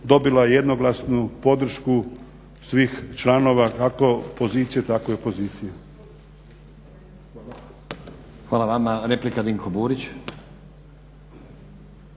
dobila jednoglasnu podršku svih članova kako pozicije tako i opozicije. **Stazić, Nenad (SDP)** Hvala vama. Replika Dinko Burić.